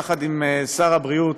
יחד עם שר הבריאות,